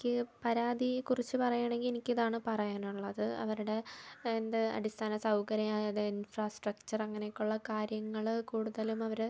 എനിക്ക് പരാതിയെ കുറിച്ച് പറയുകയാണെങ്കിൽ എനിക്കിതാണ് പറയാനുള്ളത് അവരുടെ എന്ത് അടിസ്ഥാന സൗകര്യമായത് ഇൻഫ്രാസ്ട്രക്ക്ചെർ അങ്ങനെയൊക്കെയുള്ള കാര്യങ്ങൾ കൂടുതലും അവർ